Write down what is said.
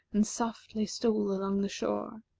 and softly stole along the shore,